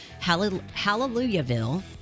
Hallelujahville